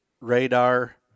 radar